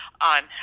on